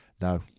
No